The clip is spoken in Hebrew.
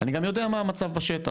אני גם יודע מה המצב בשטח,